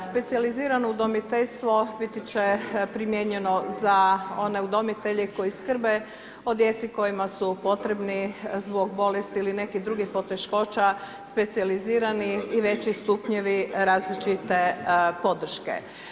Specijalizirano udomiteljstvo biti će primijenjeno za one udomitelje koji skrbe o djeci kojima su potrebni zbog bolesti ili nekih drugih poteškoća, specijalizirani i veći stupnjevi različite podrške.